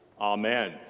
Amen